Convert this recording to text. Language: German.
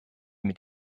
mit